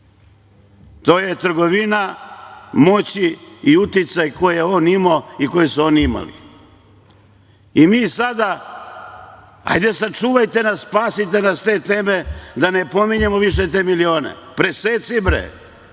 To je trgovina moći i uticaj koji on imao i koji su oni imali. Mi sada, hajde sačuvajte nas, spasite nas te teme, da ne pominjemo više te milione, preseci bre,